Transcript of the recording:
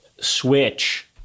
switch